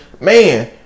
man